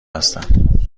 هستم